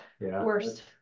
worst